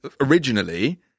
originally